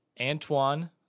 Antoine